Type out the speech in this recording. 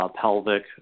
pelvic